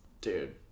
Dude